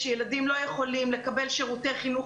שילדים לא יכולים לקבל שירותי חינוך